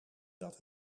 dat